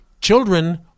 Children